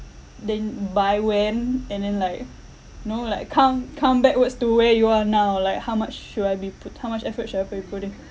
then by when and then like you know like count count backwards to where you are now like how much should I be put how much effort should I put in put in